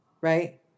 Right